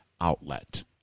outlet